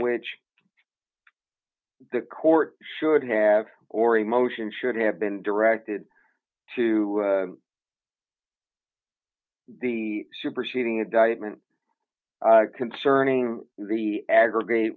which the court should have or emotion should have been directed to the superseding indictment concerning the aggregate